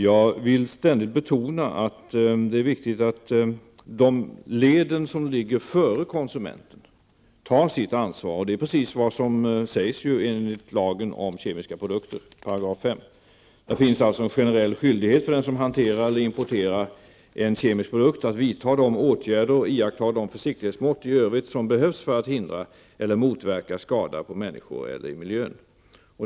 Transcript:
Jag vill betona att det är viktigt att de led som ligger före konsumenten tar sitt ansvar, och detta är ju precis vad som sägs i lagen om kemiska produkter, 5 §. Det finns alltså en generell skyldighet för den som hanterar eller importerar en kemisk produkt att vidta de åtgärder och iaktta de försiktighetsmått i övrigt som behövs för att hindra eller motverka skada på människor eller i miljön.